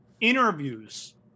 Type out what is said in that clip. interviews